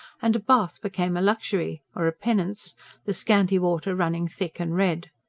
and a bath became a luxury or a penance the scanty water running thick and red.